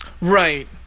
Right